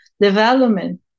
development